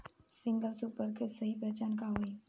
Single super के सही पहचान का हई?